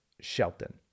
Shelton